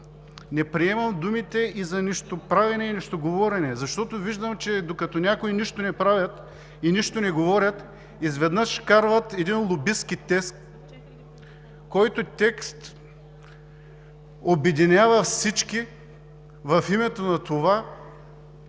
Не приемам думите и за нищоправене и за нищоговорене, защото виждам, че докато някои нищо не правят и нищо не говорят, изведнъж вкарват един лобистки текст, който текст обединява всички в името на това